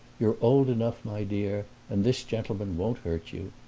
you're old enough, my dear, and this gentleman won't hurt you.